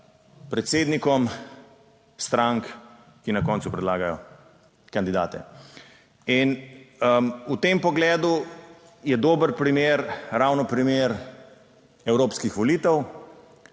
predsednikom strank, ki na koncu predlagajo kandidate. In v tem pogledu je dober primer ravno primer evropskih volitev,